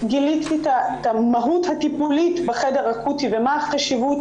גיליתי את המהות הטיפולית בחדר האקוטי ומה החשיבות